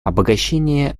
обогащение